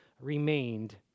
remained